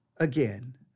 Again